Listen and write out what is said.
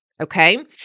okay